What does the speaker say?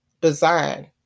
design